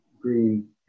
green